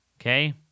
Okay